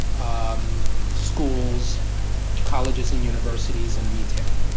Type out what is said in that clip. um schools colleges and universities and retail